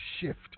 shift